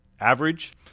average